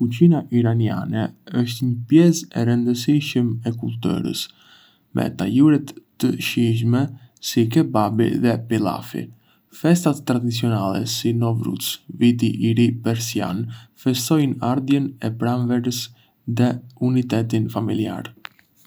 Kuzhina iraniane është një pjesë e rëndësishme e kulturës, me tajuret të shijshme si kebabi dhe pilafi. Festat tradicionale, si Nowruz, Viti i Ri persian, festojnë ardhjen e pranverës dhe unitetin familjar.